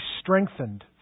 strengthened